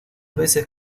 veces